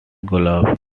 glove